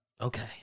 Okay